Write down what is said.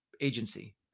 agency